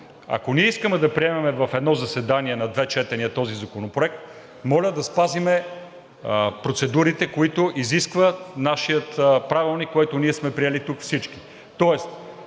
ако ние искаме да приемем в едно заседание на две четения този законопроект, моля да спазим процедурите, които изисква нашият Правилник, който ние сме приели тук всички.